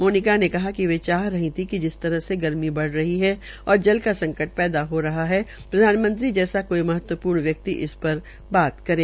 मोनिका ने कहा कि वे चाह रही थी कि जिस तरह से गर्मी ड़ रही है और जल का संकट पैदा हो रहा है प्रधानमंत्री जैसा कोई महत्वप्र्ण व्यक्ति इस श्र बा करें